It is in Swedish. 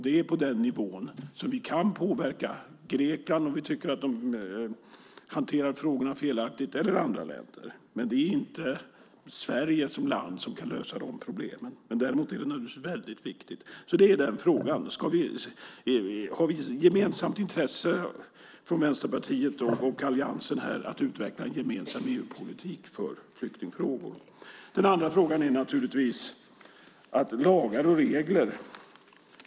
Det är på den nivån som vi kan påverka Grekland eller andra länder om vi tycker att de hanterar frågorna felaktigt. Det är inte Sverige som land som kan lösa de problemen. Däremot är detta naturligtvis viktigt. Det är den frågan det gäller. Har vi ett gemensamt intresse från Vänsterpartiet och alliansen av att utveckla en gemensam EU-politik för flyktingfrågor? Den andra frågan är att vi kan ändra på lagar och regler.